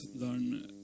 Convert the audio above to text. learn